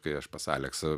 kai aš pas aleksą